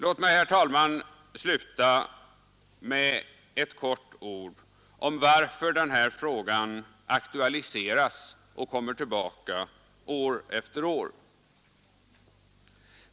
Låt mig, herr talman, sluta med att säga några ord om varför den här frågan aktualiseras och varför vi kommer tillbaka år efter år.